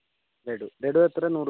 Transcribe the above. ലഡൂ ലഡൂ എത്രെ നൂറ് പേർക്ക് തന്നെയാണോ